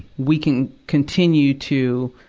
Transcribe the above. we can continue to,